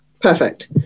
perfect